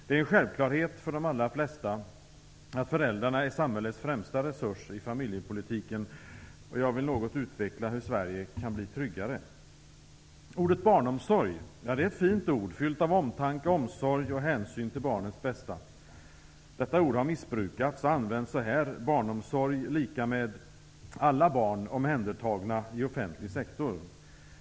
Det är en självklarhet för de allra flesta att föräldrarna är samhällets främsta resurs i familjepolitiken, och jag vill något utveckla hur Sverige kan bli tryggare. Ordet barnomsorg är ett fint ord, fyllt av omtanke, omsorg och hänsyn till barnens bästa. Detta ord har missbrukats och använts så här: barnomsorg = alla barn omhändertagna i offentlig sektor.